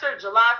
July